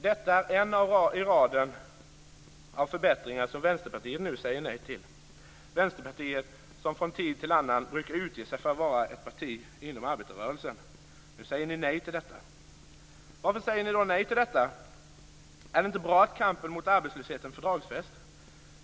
Detta är en i raden av förbättringar som Vänsterpartiet, som från tid till annan brukar utge sig för att vara ett parti inom arbetarrörelsen, nu säger nej till. Varför säger ni nej till detta? Är det inte bra att kampen mot arbetslösheten fördragsfästs?